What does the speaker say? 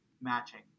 matching